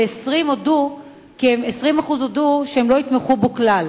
ו-20% הודו שהם לא יתמכו בו כלל.